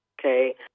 Okay